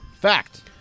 Fact